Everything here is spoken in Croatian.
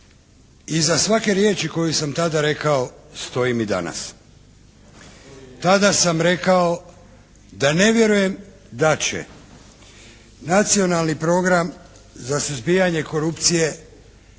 iza svake riječi koju sam tada rekao stojim i danas. Tada sam rekao da ne vjerujem da će Nacionalni program za suzbijanje korupcije